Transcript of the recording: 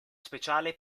speciale